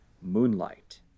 Moonlight